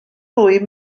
fwy